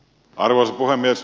arvoisa puhemies